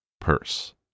purse